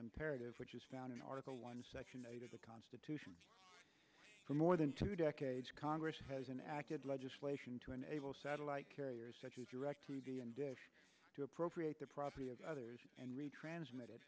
imperative which is found in article one section eight of the constitution for more than two decades congress has an active legislation to enable satellite carriers such as direct t v and dish to appropriate the property of others and retransmitted